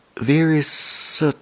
Various